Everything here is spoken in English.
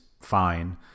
fine